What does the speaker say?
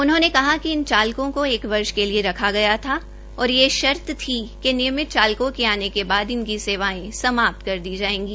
उन्होंने कहा कि इन चालकों को एक वर्ष के लिए रखा गया था और यह शर्त थी कि नियमित चालकों के आने के बाद इनकी सेवाएं समाप्त कर दी जाएंगी